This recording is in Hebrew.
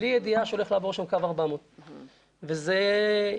בלי ידיעה שהולך לעבור שם קו 400. וזה התגלה